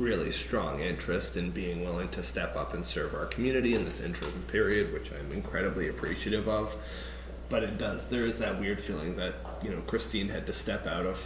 really strong interest in being willing to step up and serve our community in this interim period which are incredibly appreciative of but it does there is that weird feeling that you know christine had to step out of